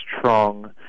strong